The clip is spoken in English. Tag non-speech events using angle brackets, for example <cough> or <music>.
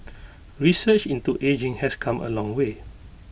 <noise> research into ageing has come A long way